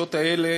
והדרישות האלה,